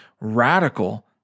radical